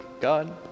God